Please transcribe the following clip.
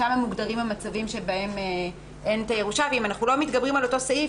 שם מוגדרים המצבים שבהם אין הירושה ואם אנחנו לא מתגברים על אותו סעיף,